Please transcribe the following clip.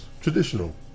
traditional